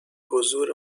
حضور